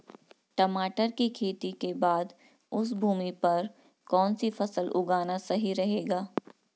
टमाटर की खेती के बाद उस भूमि पर कौन सी फसल उगाना सही रहेगा?